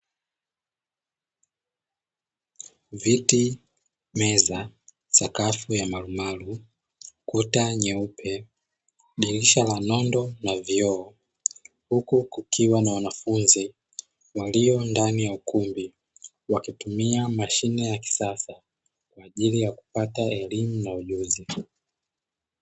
Viti meza sakafu ya marumaru, kuta nyeupe dirisha la nondo na vioo, huku kukiwa na wanafunzi waliondani ya ukumbi, wakitumia mashine ya kisasa kwa ajili ya kupata elimu na ujuzi.